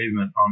on